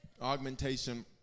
augmentation